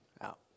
out